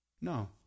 No